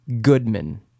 Goodman